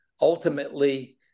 ultimately